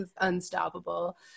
Unstoppable